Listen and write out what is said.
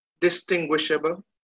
distinguishable